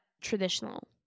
Traditional